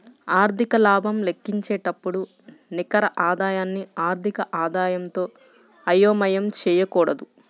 ఆర్థిక లాభం లెక్కించేటప్పుడు నికర ఆదాయాన్ని ఆర్థిక ఆదాయంతో అయోమయం చేయకూడదు